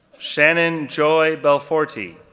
shannon joy belforti,